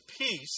peace